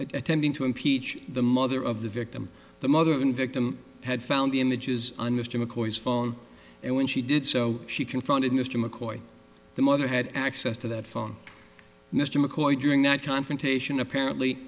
attending to impeach the mother of the victim the mother of an victim had found the images on mr mccoy's phone and when she did so she confronted mr mccoy the mother had access to that phone mr mccoy during that confrontation apparently